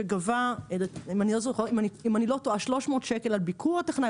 שגבה אם אני לא טועה שלוש מאות שקל על ביקור הטכנאי,